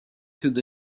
through